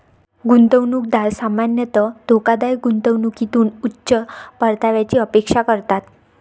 गुंतवणूकदार सामान्यतः धोकादायक गुंतवणुकीतून उच्च परताव्याची अपेक्षा करतात